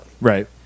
Right